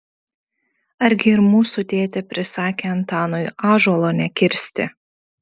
argi ir mūsų tėtė prisakė antanui ąžuolo nekirsti